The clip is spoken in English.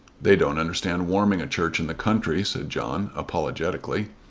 they don't understand warming a church in the country, said john apologetically.